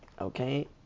Okay